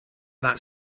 that